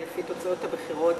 לפי תוצאות הבחירות,